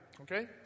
Okay